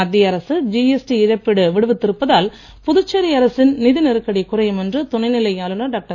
மத்திய அரசு ஜிஎஸ்டி இழப்பீடு விடுவித்திருப்பதால் புதுச்சேரி அரசின் நிதி நெருக்கடி குறையும் என்று துணைநிலை ஆளுனர் டாக்டர்